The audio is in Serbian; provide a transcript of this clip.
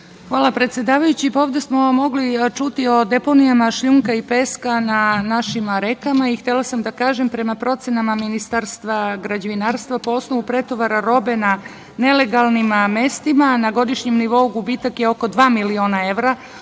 Hvala, predsedavajući. Ovde smo mogli čuti o deponijama šljunka i peska na našim rekama i htela sam da kažem, prema procenama Ministarstva građevinarstva, po osnovu pretovara robe na nelegalnim mestima, na godišnjem nivou gubitak je oko dva miliona evra,